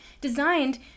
designed